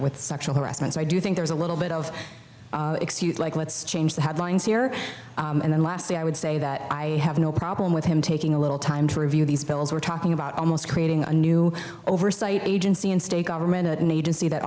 with sexual harassment so i do think there is a little bit of let's change the headlines here and then lastly i would say that i have no problem with him taking a little time to review these bills we're talking about almost creating a new oversight agency in state government an agency that